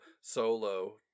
solo